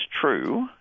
true